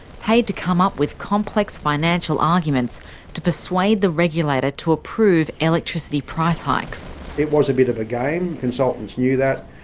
paid to come up with complex financial arguments to persuade the regulator to approve electricity price hikes. it was a bit of a game, consultants knew that.